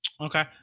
Okay